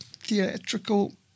theatrical